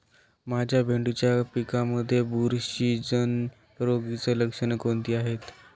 माझ्या भेंडीच्या पिकामध्ये बुरशीजन्य रोगाची लक्षणे कोणती आहेत?